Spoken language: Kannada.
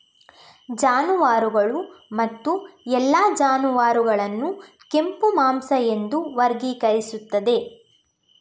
ಜಾನುವಾರುಗಳು ಮತ್ತು ಎಲ್ಲಾ ಜಾನುವಾರುಗಳನ್ನು ಕೆಂಪು ಮಾಂಸ ಎಂದು ವರ್ಗೀಕರಿಸುತ್ತದೆ